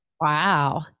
Wow